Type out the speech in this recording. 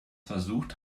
versucht